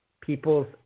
people's